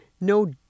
no